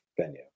venue